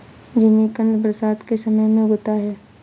जिमीकंद बरसात के समय में उगता है